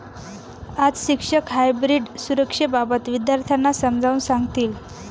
आज शिक्षक हायब्रीड सुरक्षेबाबत विद्यार्थ्यांना समजावून सांगतील